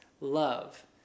love